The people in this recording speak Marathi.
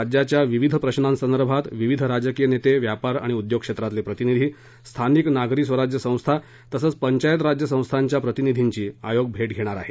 राज्याच्या विविध प्रश्रांसंदर्भात विविध राजकीय नेते व्यापार आणि उद्योग क्षेत्रातले प्रतिनिधी स्थानिक नागरी स्वराज्य संस्था तसंच पंचायत राज्य संस्थांच्या प्रतिनिधींचीही आयोग भेट घेणार आहे